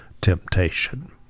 temptation